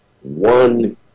One